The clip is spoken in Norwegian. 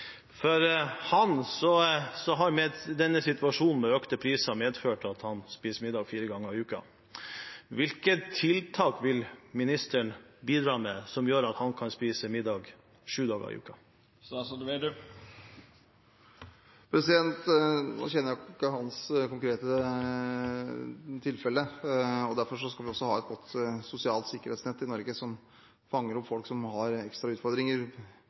For ham har denne situasjonen med økte priser medført at han spiser middag fire ganger i uken. Hvilke tiltak vil statsråden bidra med som gjør at han kan spise middag sju dager i uken? Nå kjenner jeg jo ikke hans konkrete tilfelle. Derfor skal vi også ha et godt sosialt sikkerhetsnett i Norge som fanger opp folk som har ekstra utfordringer,